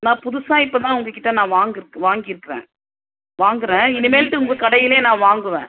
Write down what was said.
நான் புதுசாக இப்போதான் உங்கள் கிட்டே நான் வாங்கியிருக்கு வாங்கியிருக்கிறேன் வாங்கிறேன் இனிமேல்ட்டு உங்கள் கடையிலே நான் வாங்குவேன்